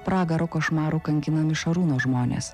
pragaro košmarų kankinami šarūno žmonės